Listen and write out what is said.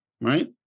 right